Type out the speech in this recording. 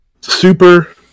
Super